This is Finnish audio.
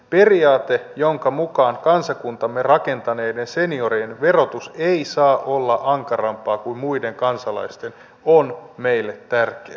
periaate jonka mukaan kansakuntamme rakentaneiden seniorien verotus ei saa olla ankarampaa kuin muiden kansalaisten on meille tärkeä